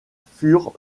furent